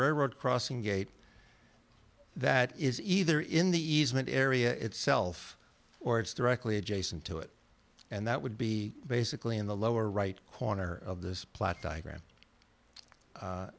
railroad crossing gate that is either in the easement area itself or it's directly adjacent to it and that would be basically in the lower right corner of this plot